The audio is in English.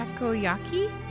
takoyaki